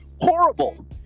horrible